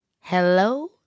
Hello